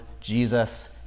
Jesus